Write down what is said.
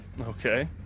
Okay